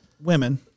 women